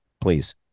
please